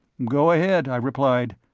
go ahead, i replied.